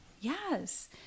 yes